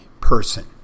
person